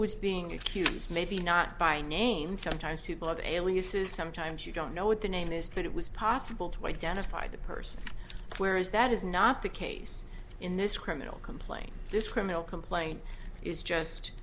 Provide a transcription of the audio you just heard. was being accused maybe not by name sometimes people have aliases sometimes you don't know what the name is but it was possible to identify the person where is that is not the case in this criminal complaint this criminal complaint is just